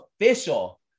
official